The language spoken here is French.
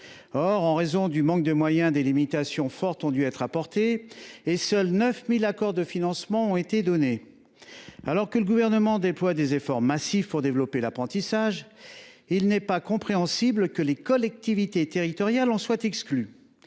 Or, en raison du manque de moyens, de fortes limitations ont dû être imposées. Ainsi, seuls 9 000 accords de financement ont été donnés. Alors que le Gouvernement déploie des efforts massifs pour développer l’apprentissage, il n’est pas compréhensible que les collectivités territoriales en soient exclues.